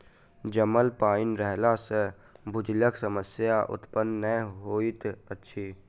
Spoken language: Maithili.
जमल पाइन रहला सॅ भूजलक समस्या उत्पन्न नै होइत अछि